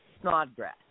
Snodgrass